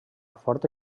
forta